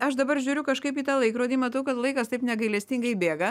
aš dabar žiūriu kažkaip į tą laikrodį matau kad laikas taip negailestingai bėga